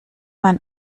man